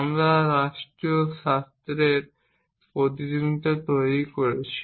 আমরা রাষ্ট্রীয় স্থানের প্রতিনিধিত্ব তৈরি করেছি